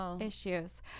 issues